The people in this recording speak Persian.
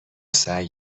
سعی